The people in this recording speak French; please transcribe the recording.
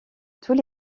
tous